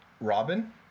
Robin